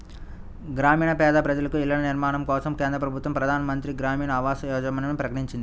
గ్రామీణ పేద ప్రజలకు ఇళ్ల నిర్మాణం కోసం కేంద్ర ప్రభుత్వం ప్రధాన్ మంత్రి గ్రామీన్ ఆవాస్ యోజనని ప్రకటించింది